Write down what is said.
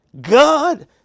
God